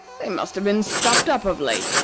they must have been stopped up of late,